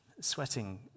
sweating